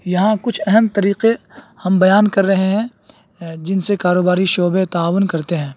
یہاں کچھ اہم طریقے ہم بیان کر رہے ہیں جن سے کاروباری شعبے تعاون کرتے ہیں